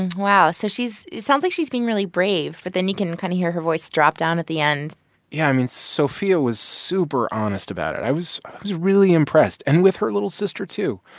and wow. so she's it sounds like she's being really brave, but then you can kind of hear her voice drop down at the end yeah. i mean, sophia was super honest about it. i was was really impressed and with her little sister, too.